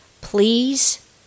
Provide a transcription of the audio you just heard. please